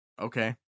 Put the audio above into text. Okay